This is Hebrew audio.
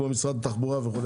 כמו משרד התחבורה וכו'.